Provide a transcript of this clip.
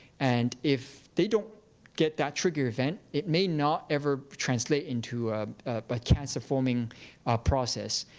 and if they don't get that trigger event it may not ever translate into a but cancer-forming process.